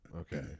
Okay